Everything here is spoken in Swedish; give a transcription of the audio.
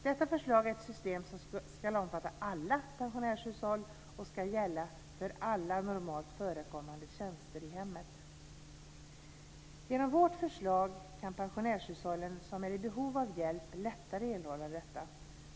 Detta förslag är ett system som ska omfatta alla pensionärshushåll och ska gälla för alla normalt förekommande tjänster i hemmet. Genom vårt förslag kan pensionärshushåll som är i behov av hjälp lättare erhålla detta.